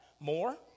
More